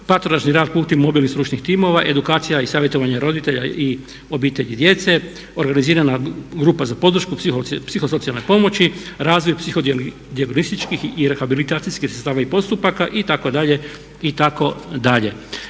patronažni rad … i stručnih timova, edukacija i savjetovanje roditelja i obitelji i djece, organizirana grupa za podršku psihosocijalne pomoći, razvoj psihodijagnostičkih i rehabilitacijskih sredstava i postupaka itd.